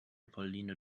pauline